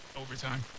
overtime